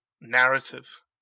narrative